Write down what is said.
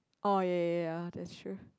oh ya ya ya that's true